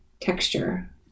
texture